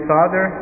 Father